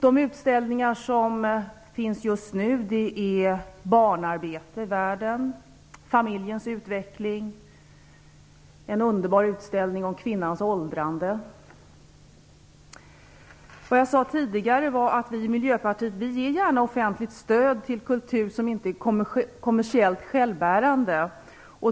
De utställningar som pågår just nu är Barnarbete i världen, Familjens utveckling och en underbar utställning om kvinnans åldrande. Vi i Miljöpartiet ger gärna offentligt stöd till kultur som inte är kommersiellt självbärande.